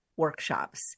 Workshops